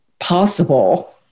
possible